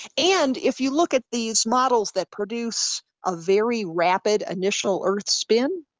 and if you look at these models that produce a very rapid initial earth spin,